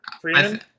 Freeman